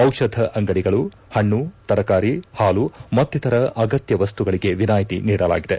ಔಷಧ ಅಂಗಡಿಗಳು ಹಣ್ಣು ತರಕಾರಿ ಹಾಲು ಮತ್ತಿತರ ಅಗತ್ಯ ವಸ್ತುಗಳಿಗೆ ವಿನಾಯಿತಿ ನೀಡಲಾಗಿದೆ